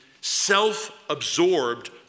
self-absorbed